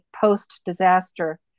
post-disaster